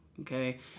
Okay